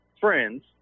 friends